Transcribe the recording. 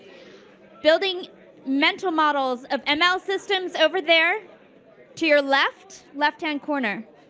building mental models of ml systems over there to your left. left-hand corner.